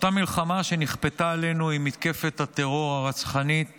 אותה מלחמה שנכפתה עלינו עם מתקפת הטרור הרצחנית